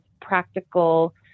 practical